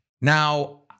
Now